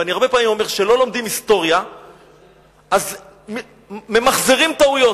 ואני הרבה פעמים אומר: כשלא לומדים היסטוריה ממחזרים טעויות.